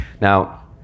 Now